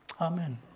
Amen